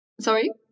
Sorry